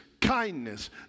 kindness